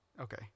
okay